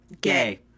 Gay